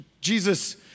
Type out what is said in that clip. Jesus